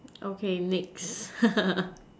okay next